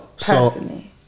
personally